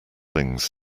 things